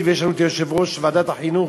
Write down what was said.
ויש לנו את יושב-ראש ועדת החינוך,